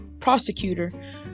prosecutor